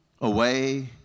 away